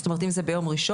זאת אומרת אם זה ביום ראשון,